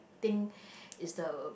think is the